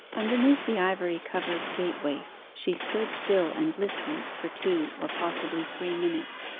underneath the ivy-covered gateway she stood still and listened for two, or possibly three minutes,